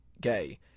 gay